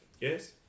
Yes